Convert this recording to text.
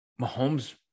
Mahomes